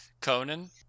Conan